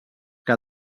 que